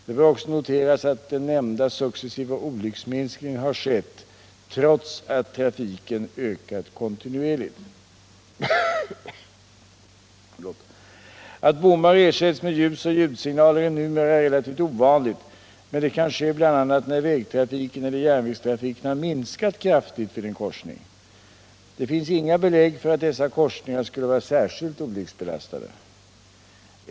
Det bör också noteras att den nämnda successiva olycksminskningen har skett trots att trafiken ökat kontinuerligt. Att bommar ersätts med ljusoch ljudsignaler är numera relativt ovanligt, men det kan ske bl.a. när vägtrafiken eller järnvägstrafiken har minskat kraftigt vid en korsning. Det finns inga belägg för att dessa korsningar skulle vara särskilt olycksbelastade.